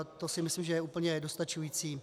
To si myslím, že je úplně dostačující.